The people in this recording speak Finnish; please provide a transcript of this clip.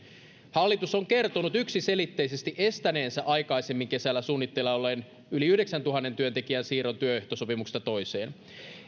hallitus on kertonut yksiselitteisesti estäneensä aikaisemmin kesällä suunnitteilla olleen yli yhdeksäntuhannen työntekijän siirron työehtosopimuksesta toiseen